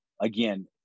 again